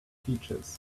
features